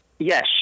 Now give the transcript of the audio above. Yes